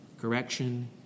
correction